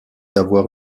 avoir